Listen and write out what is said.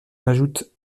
ajoute